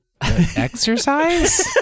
Exercise